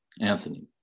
Anthony